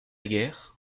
guerre